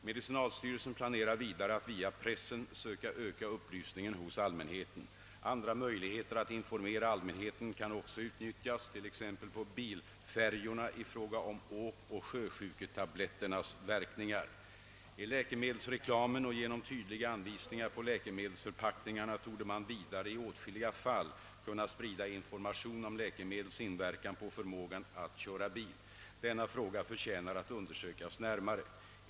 Medicinalstyrelsen planerar vidare att via pressen söka öka upplysningen hos allmänheten. Andra möjligheter att informera allmänheten kan också utnyttjas — tt.ex. på bilfärjorna i fråga om åkoch sjösjuketabletternas verkningar. I läkemedelsreklamen och genom tydliga anvisningar på läkemedelsförpackningarna torde man vidare i åtskilliga fall kunna sprida information om läkemedels inverkan på förmågan att köra bil. Denna fråga förtjänar att undersökas närmare.